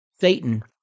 Satan